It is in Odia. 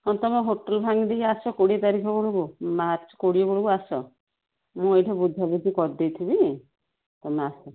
ହଁ ତୁମେ ହୋଟେଲ ଭାଙ୍ଗି ଦେଇକି ଆସ କୋଡି଼ଏ ତାରିଖ ବେଳକୁ ମାର୍ଚ୍ଚ କୋଡି଼ଏ ବେଳକୁ ଆସ ମୁଁ ଏଇଠି ବୁଝାବୁଝି କରିଦେଇଥିବି ତୁମେ ଆସ